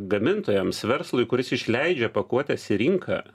gamintojams verslui kuris išleidžia pakuotes į rinką